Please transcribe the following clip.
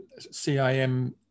CIM